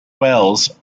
wells